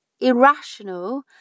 irrational